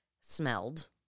smelled